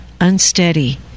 unsteady